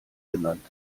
genannt